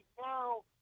now